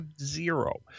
zero